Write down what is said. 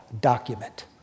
document